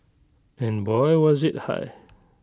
and boy was IT high